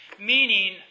Meaning